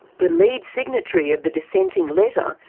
the lead signatory of the dissenting letter,